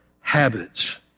habits